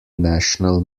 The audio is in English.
national